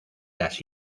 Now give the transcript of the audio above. las